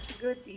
good